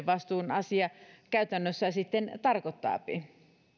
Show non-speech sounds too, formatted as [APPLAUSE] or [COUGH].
[UNINTELLIGIBLE] vastuun asia käytännössä sitten tarkoittaapi